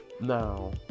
Now